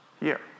year